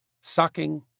sucking